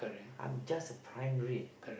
I'm just a primary